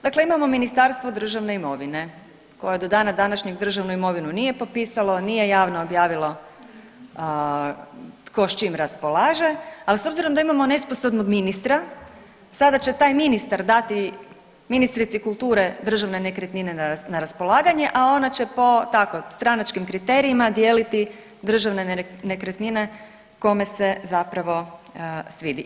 Dakle, imamo Ministarstvo državne imovine koje do dana današnjeg državnu imovinu nije popisalo, nije javno objavilo tko s čim raspolaže, ali s obzirom da imamo nesposobnog ministra sada će taj ministar dati ministrici kulture državne nekretnine na raspolaganje, a ona će po tako stranačkim kriterijima dijeliti državne nekretnine kome se zapravo svidi.